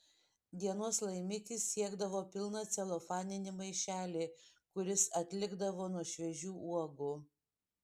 dienos laimikis siekdavo pilną celofaninį maišelį kuris atlikdavo nuo šviežių uogų